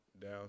down